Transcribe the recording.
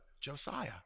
Josiah